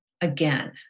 again